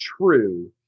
true